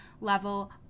level